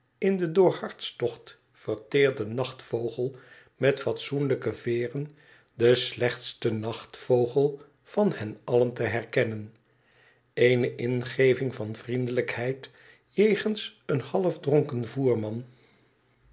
in den door hartstocht verteerden nachtvogel met üitsoenlijke veren den slechtsten nachtvogel van hen allen te herkennen eene ingeving van vriendelijkheid jegens een halfdronken voerman